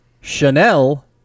Chanel